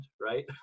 right